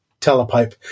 telepipe